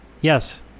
Yes